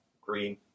green